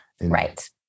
Right